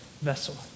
vessel